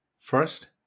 First